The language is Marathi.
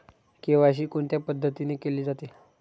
के.वाय.सी कोणत्या पद्धतीने केले जाते?